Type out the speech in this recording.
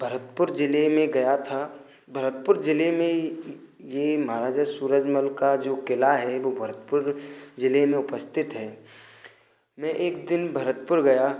भरतपुर ज़िले में गया था भरतपुर ज़िले में ही यह महाराजा सूरजमल का जो किला है वह भरतपुर ज़िले में उपस्थित है मैं एक दिन भरतपुर गया